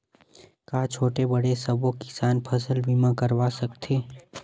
का छोटे बड़े सबो किसान फसल बीमा करवा सकथे?